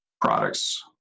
products